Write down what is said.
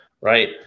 right